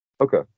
okay